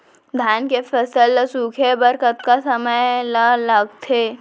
धान के फसल ल सूखे बर कतका समय ल लगथे?